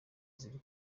ziri